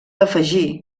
afegir